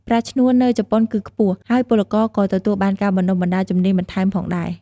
ប្រាក់ឈ្នួលនៅជប៉ុនគឺខ្ពស់ ហើយពលករក៏ទទួលបានការបណ្ដុះបណ្ដាលជំនាញបន្ថែមផងដែរ ។